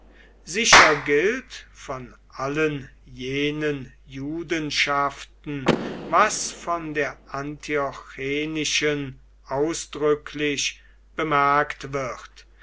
sicher gilt von allen jenen judenschaften was von der antiochenischen ausdrücklich bemerkt wird